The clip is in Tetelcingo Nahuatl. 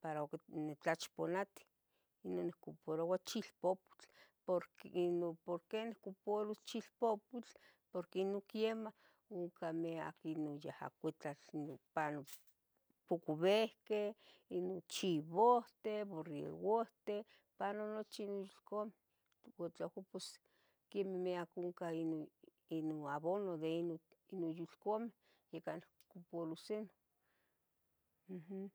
para nitlachiponatiu, non nicuparoua chilpopotl, porque ino, porque nocuparoua chilpopotl, porque ino quiemah oncah me aquih ino yaha cuitlatl opanoc cucubehqueh, ino chivohten, borregohten, pano nochi yulcameh, ua tlahco pos quiemah miac oncah ino, ino abono de ino yulcameh, ica no cupuloh se non, uhm.